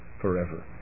forever